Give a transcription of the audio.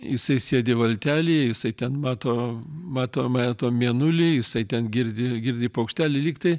jisai sėdi valtelėje jisai ten mato mato mato mėnulį jisai ten girdi girdi paukštelį lyg tai